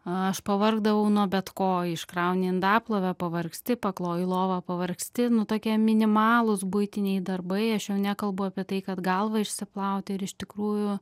aš pavargdavau nuo bet ko iškrauni indaplovę pavargsti pakloji lovą pavargsti nu tokie minimalūs buitiniai darbai aš jau nekalbu apie tai kad galvą išsiplauti ir iš tikrųjų